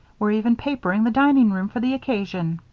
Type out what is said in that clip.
we're even papering the dining-room for the occasion.